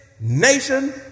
nation